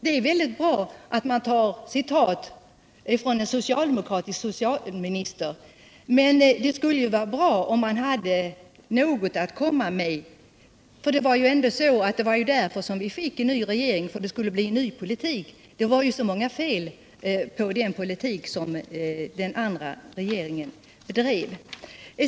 Det är visserligen bra att ni citerat en socialdemokratisk socialminister, men det skulle också vara bra om ni hade ett eget förslag. — Vi fick ju en ny regering i landet därför att det skulle föras en ny politik; det var ju så många fel på den politik som den förra regeringen bedrev!